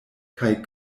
kaj